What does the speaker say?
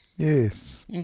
Yes